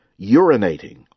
urinating